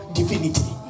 divinity